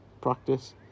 practice